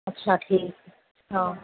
اچھا ٹھیک ہے ہاں